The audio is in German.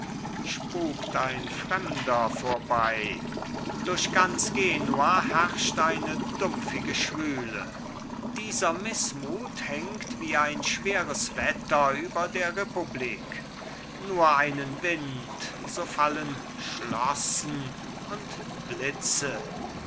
spukt ein fremder vorbei durch ganz genua herrscht eine dumpfige schwüle dieser mißmut hängt wie ein schweres wetter über der republik nur einen wind so fallen schloßen und blitze